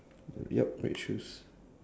yup red shoes